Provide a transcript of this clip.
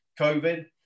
COVID